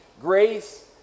grace